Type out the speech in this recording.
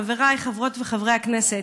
חבריי חברות וחברי הכנסת,